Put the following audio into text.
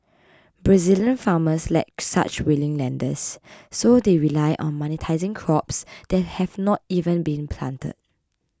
Brazilian farmers lack such willing lenders so they rely on monetising crops that have not even been planted